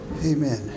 amen